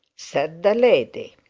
said the lady.